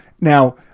now